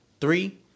Three